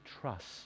trust